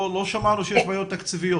לא שמענו שיש בעיות תקציביות.